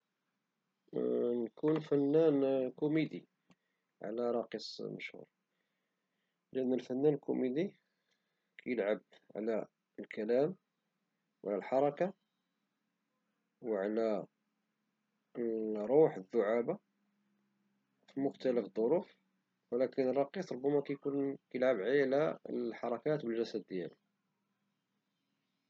نكون فنان كوميدي على راقص مشهور لأن الفنان الكوميد كيلعب على الكلام وعلى الحركة وعلى روح الدعابة في مختلف الظروف ولكن الراقص ربما كيكون كيلعب غير على الحركات والجسد ديالو.